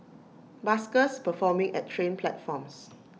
buskers performing at train platforms